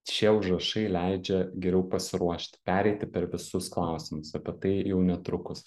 šie užrašai leidžia geriau pasiruošti pereiti per visus klausimus apie tai jau netrukus